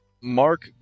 mark